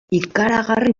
ikaragarri